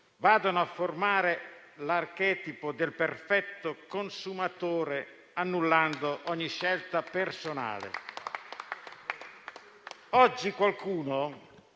vadano a formare l'archetipo del perfetto consumatore, annullando ogni scelta personale.